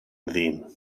ddyn